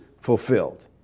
fulfilled